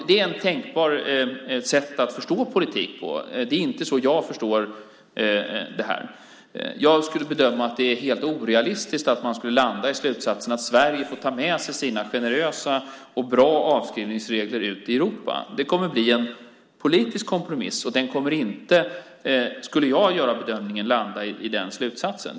Det är ett tänkbart sätt att förstå politik. Det är inte så jag förstår det här. Jag bedömer att det är helt orealistiskt att man skulle landa i slutsatsen att Sverige får ta med sig sina generösa och bra avskrivningsregler ut i Europa. Det kommer att bli en politisk kompromiss, och jag gör bedömningen att den inte kommer att landa i den slutsatsen.